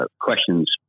questions